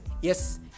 yes